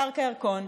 פארק הירקון.